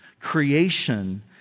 creation